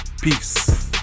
Peace